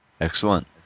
Excellent